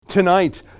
Tonight